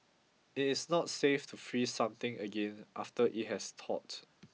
it is not safe to freeze something again after it has thawed